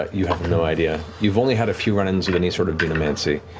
ah you have no idea. you've only had a few run ins with any sort of dunamancy,